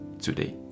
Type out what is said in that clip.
today